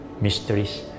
mysteries